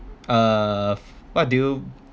uh what do you